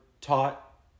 taught